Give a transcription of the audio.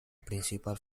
principal